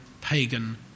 pagan